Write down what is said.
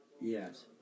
yes